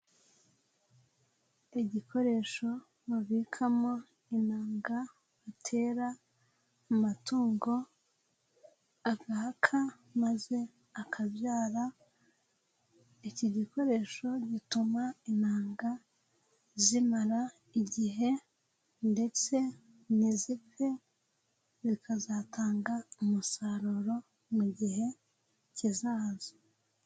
Igikoresho babikamo intanga batera amatungo agahaka maze akabyara, iki gikoresho gituma intanga zimara igihe ndetse ntizipfe, zikazatanga umusaruro mu gihe kizaza.